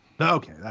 Okay